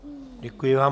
Děkuji vám.